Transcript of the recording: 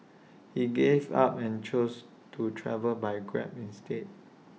he gave up and chose to travel by grab instead